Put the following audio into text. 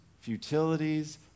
futilities